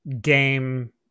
game